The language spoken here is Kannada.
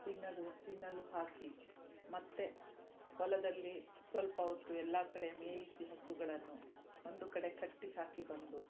ತಿನ್ನಲು ತಿನ್ನಲು ಹಾಕಿ ಮತ್ತು ಹೊಲದಲ್ಲಿ ಸ್ವಲ್ಪ ಹೊತ್ತು ಎಲ್ಲ ಕಡೆ ಮೇಯಿಸಿ ಹಸುಗಳನ್ನು ಒಂದು ಕಡೆ ಕಟ್ಟಿ ಹಾಕಿ ಬಂದು